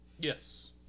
Yes